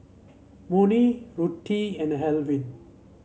Monnie Ruthie and Alvin